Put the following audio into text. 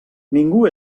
ningú